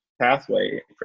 Pathway